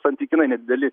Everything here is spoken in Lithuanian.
santykinai nedideli